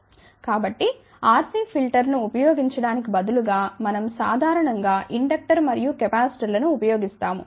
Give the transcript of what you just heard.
కాబట్టి RC ఫిల్టర్ను ఉపయోగించటానికి బదులుగా మనం సాధారణం గా ఇండక్టర్ మరియు కెపాసిటర్ లను ఉపయోగిస్తాము